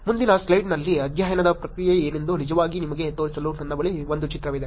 ಮುಂದಿನ ಸ್ಲೈಡ್ನಲ್ಲಿ ಅಧ್ಯಯನದ ಪ್ರಕ್ರಿಯೆ ಏನೆಂದು ನಿಜವಾಗಿ ನಿಮಗೆ ತೋರಿಸಲು ನನ್ನ ಬಳಿ ಒಂದು ಚಿತ್ರವಿದೆ